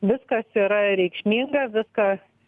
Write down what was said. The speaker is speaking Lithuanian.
viskas yra reikšminga viskas